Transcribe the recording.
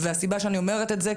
והסיבה שאני אומרת את זה,